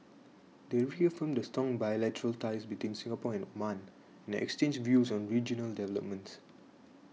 they reaffirmed the strong bilateral ties between Singapore and Oman and exchanged views on regional developments